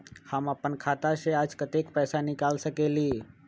हम अपन खाता से आज कतेक पैसा निकाल सकेली?